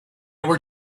were